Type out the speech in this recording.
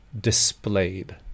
displayed